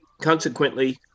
Consequently